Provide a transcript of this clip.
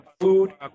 Food